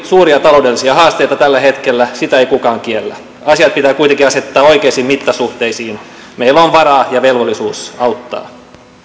suuria taloudellisia haasteita tällä hetkellä sitä ei kukaan kiellä asiat pitää kuitenkin asettaa oikeisiin mittasuhteisiin meillä on varaa ja velvollisuus auttaa